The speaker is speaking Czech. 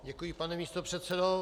Děkuji, pane místopředsedo.